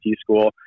school